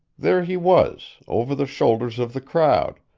there he was, over the shoulders of the crowd,